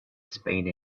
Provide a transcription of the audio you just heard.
spade